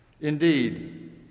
Indeed